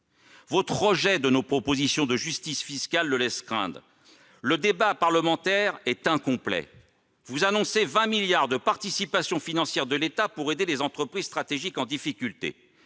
Votre rejet de nos propositions de justice fiscale le laisse craindre. Le débat parlementaire est incomplet. Vous annoncez 20 milliards d'euros de participation financière de l'État pour aider les entreprises stratégiques en difficulté.